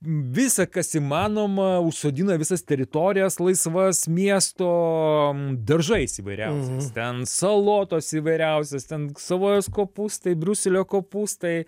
visa kas įmanoma užsodina visas teritorijas laisvas miesto daržais įvairiausias ten salotos įvairiausios ten savojos kopūstai briuselio kopūstai